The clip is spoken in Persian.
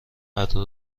قطع